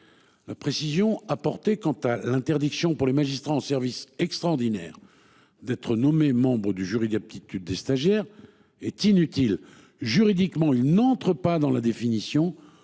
La précision apportée quant à l'interdiction pour les magistrats en service extraordinaire. D'être nommé membre du jury d'aptitude des stagiaires est inutile, juridiquement il n'entre pas dans la définition